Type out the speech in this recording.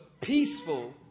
peaceful